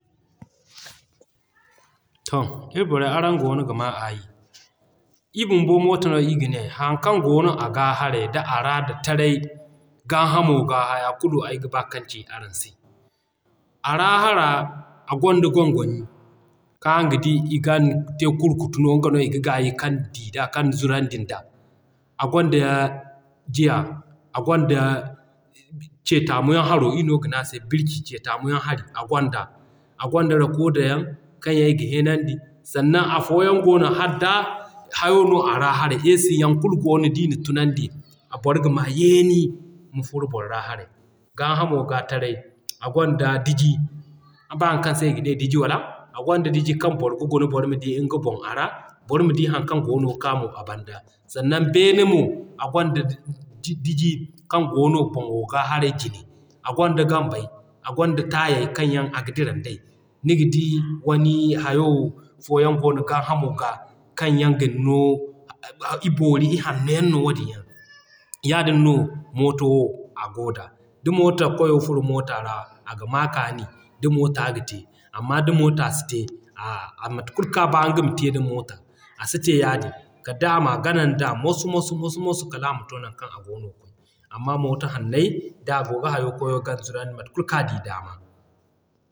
To ir borey araŋ goono ga maa aayi. Ii bumbo mooto no ii gane. Haŋ kaŋ goono aga haray d'a ra da taray, g'a hamo ga, haya kulu ay ga ba kan ci araŋ se. A ra hara a gonda gongoni kaŋ araŋ ga di i gan te kurkutu nga no iga gaayi kaŋ d'i da kaŋ zurandin da. A gonda jiya, a gonda ce taamu yaŋ haro ii no gane a se birki ce taamu yaŋ hari, a gonda, a gonda recorder da yaŋ kaŋ yaŋ i ga hẽenan di, sannan afo yaŋ goono hal d'a hayo no a ra haray AC yaŋ kulu goono d'i na tunandi boro gama yeeni ma furo boro ra haray, gaa hamo ga taray gonda diji. Araŋ bay haŋ kaŋ se i ga ne diji wala? A gonda diji kaŋ boro ga guna boro ma di nga boŋ a ra, boro ma di haŋ kaŋ goono ka mo banda. Sannan beene mo a gonda diji kaŋ goono boŋo ga haray jine, a gonda gambey, a gonda taayey kaŋ yaŋ aga diran day. Niga di wani hayo fo yaŋ goono g'a hamo ga kaŋ yaŋ gin no i boori i hanno yaŋ no wadin yaŋ. Yaadin no Mooto wo a goo da. Da Mooto kwayo furo a Moota ra, aga maa kaani da Moota ga te. Amma da Moota si te, mate kulu kaŋ a b'a nga ma te da Moota, a si te yaadin kal day ama ganan da moso-moso moso-moso kal ama too non kaŋ a goono kwaay. Amma Moota hanney, d'a goo ga hayo, kwayo g'a zurandi mate kulu kaŋ a di dama.